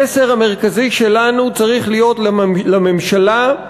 המסר המרכזי שלנו צריך להיות, לממשלה: